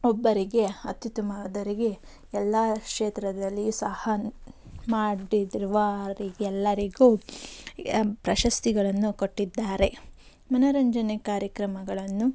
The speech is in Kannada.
ಒಬ್ಬರಿಗೆ ಅತ್ಯುತ್ತಮವಾದವರಿಗೆ ಎಲ್ಲ ಕ್ಷೇತ್ರದಲ್ಲಿಯೂ ಸಹ ಮಾಡಿ ಧ್ರುವ ಅವರಿಗೆಲ್ಲರಿಗೂ ಪ್ರಶಸ್ತಿಗಳನ್ನು ಕೊಟ್ಟಿದ್ದಾರೆ ಮನೋರಂಜನೆ ಕಾರ್ಯಕ್ರಮಗಳನ್ನು